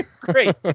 great